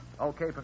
Okay